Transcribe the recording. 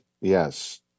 Yes